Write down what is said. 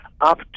up